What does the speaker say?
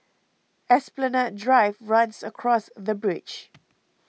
Esplanade Drive runs across the bridge